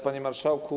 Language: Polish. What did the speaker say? Panie Marszałku!